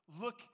look